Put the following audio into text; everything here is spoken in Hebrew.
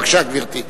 בבקשה, גברתי.